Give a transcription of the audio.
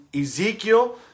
Ezekiel